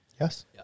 Yes